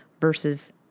versus